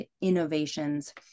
innovations